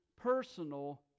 personal